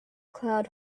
cloud